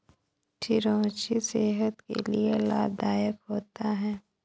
चिरौंजी सेहत के लिए लाभदायक होता है